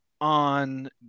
on